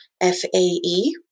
F-A-E